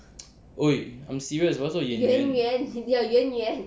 !oi! I'm serious 我要做演员